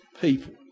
people